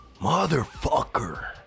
Motherfucker